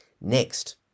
next